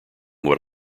what